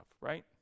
right